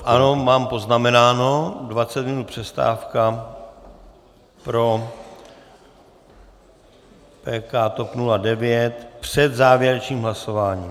Ano, mám poznamenáno dvacet minut přestávka pro PK TOP 09 před závěrečným hlasováním.